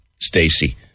Stacey